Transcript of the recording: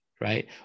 right